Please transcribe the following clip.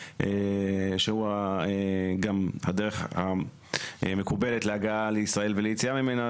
שהוא הדרך המקובלת להגעה לישראל וליציאה ממנה,